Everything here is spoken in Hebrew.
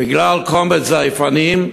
בגלל קומץ זייפנים,